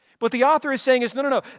but the author is saying is, no no no,